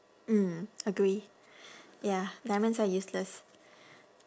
mm agree ya diamonds are useless